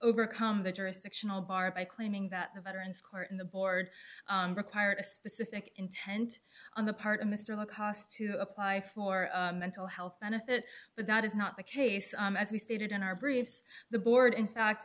overcome the jurisdictional bar by claiming that the veterans court in the board required a specific intent on the part of mr low cost to apply more mental health benefit but that is not the case on as we stated in our groups the board in fact